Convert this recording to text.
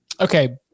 Okay